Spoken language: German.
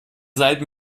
seid